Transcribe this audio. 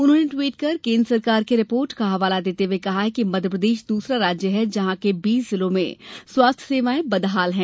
उन्होंने ट्वीट कर केन्द्र सरकार के रिपोर्ट का हवाला देते हुए कहा है कि मध्यप्रदेश दूसरा राज्य है जहां के बीस जिलों में स्वास्थ्य सेवाये बदहाल हैं